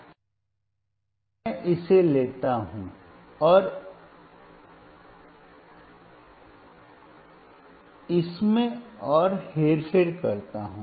अब मैं इसे लेता हूं और इसमें और हेरफेर करता हूं